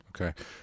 Okay